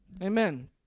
Amen